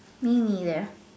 me neither